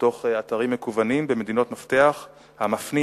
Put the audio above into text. בתוך אתרים מקוונים במדינות מפתח המפנים